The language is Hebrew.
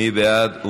מי בעד?